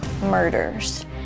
murders